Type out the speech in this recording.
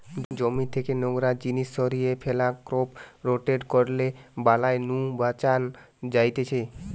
জমি থেকে নোংরা জিনিস সরিয়ে ফ্যালা, ক্রপ রোটেট করলে বালাই নু বাঁচান যায়তিছে